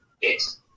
Yes